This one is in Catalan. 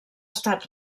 estat